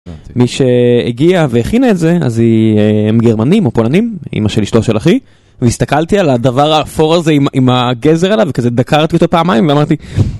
מי שהגיעה והכינה את זה, אז הם גרמנים או פולנים, אימא של אשתו של אחי, והסתכלתי על הדבר האפור הזה עם הגזר עליו, וכזה דקרתי אותו פעמיים ואמרתי...